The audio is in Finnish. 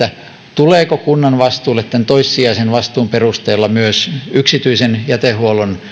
tuleeko kunnan vastuulle toissijaisen vastuun perusteella myös yksityisen jätehuollon